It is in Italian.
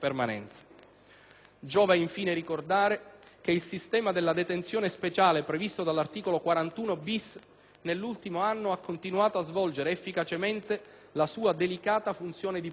Giova, infine, ricordare che il sistema della detenzione speciale previsto dall'articolo 41-*bis* nell'ultimo anno ha continuato a svolgere efficacemente la sua delicata funzione di prevenzione.